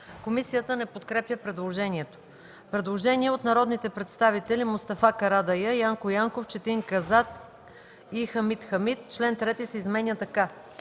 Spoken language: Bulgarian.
Комисията не подкрепя предложението. Предложение от народните представители Мустафа Карадайъ, Янко Янков, Четин Казак и Хамид Хамид: Член 3 се изменя така: